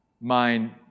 mind